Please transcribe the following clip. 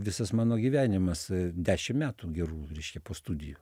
visas mano gyvenimas dešim metų gerų reiškia po studijų